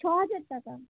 ছ হাজার টাকা